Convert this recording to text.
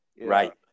Right